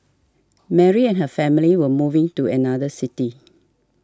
Mary and her family were moving to another city